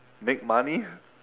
make money